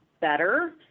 better